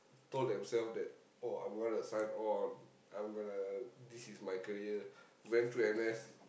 told themselves that oh I'm going to sign on I'm going to this is my career went through N_S